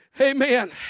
amen